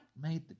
made